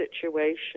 situation